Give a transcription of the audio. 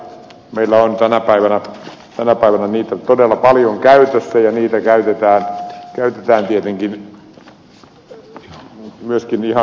meillä on tänä päivänä niitä todella paljon käytössä ja niitä käytetään tietenkin myöskin ihan oikein